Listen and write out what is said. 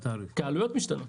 כי העלויות משתנות,